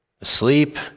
asleep